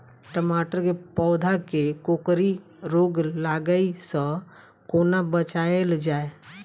टमाटर केँ पौधा केँ कोकरी रोग लागै सऽ कोना बचाएल जाएँ?